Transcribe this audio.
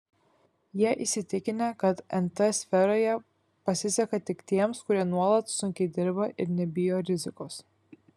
jie įsitikinę kad nt sferoje pasiseka tik tiems kurie nuolat sunkiai dirba ir nebijo rizikos